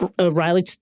Riley